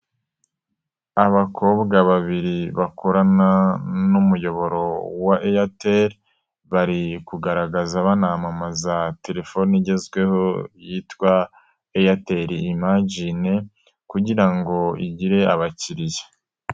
Abakobwa babiri bakorana n'umuyoboro wa Airtel, bari kugaragaza banamamaza telefone igezweho yitwa Airtel Imagine kugira ngo igire abakiliya.